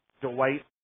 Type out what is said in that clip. Dwight